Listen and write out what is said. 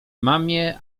mamie